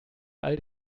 all